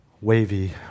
wavy